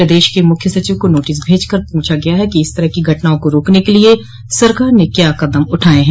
प्रदेश के मुख्य सचिव को नोटिस भेजकर पूछा गया है कि इस तरह की घटनाओं को रोकने के लिए सरकार ने क्या कदम उठाये हैं